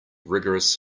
rigorous